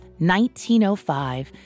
1905